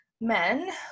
men